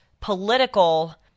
political